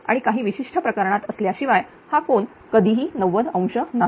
आणि काही विशिष्ट प्रकरणात असल्याशिवाय हा कोन कधीही 90° नाही